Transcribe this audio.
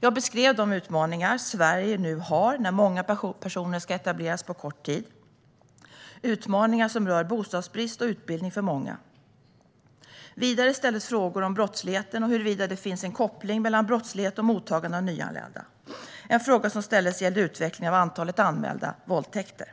Jag beskrev de utmaningar Sverige nu har när många personer ska etableras på kort tid - utmaningar som rör bostadsbrist och utbildning för många. Vidare ställdes frågor om brottsligheten och huruvida det finns en koppling mellan brottslighet och mottagande av nyanlända. En fråga som ställdes gällde utvecklingen av antalet anmälda våldtäkter.